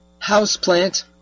houseplant